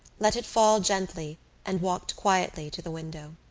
let it fall gently and walked quietly to the window.